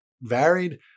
varied